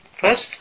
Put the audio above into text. First